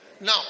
Now